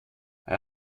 hij